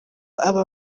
aba